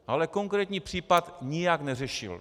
Ale konkrétní případ nijak neřešil.